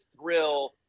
thrill